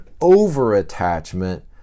over-attachment